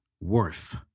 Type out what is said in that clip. worth